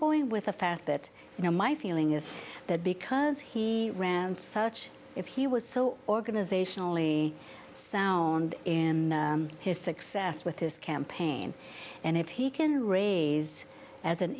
going with the fact that you know my feeling is that because he rare and such if he was so organizationally sound in his success with this campaign and if he can raise as an